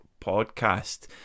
Podcast